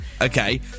Okay